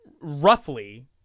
roughly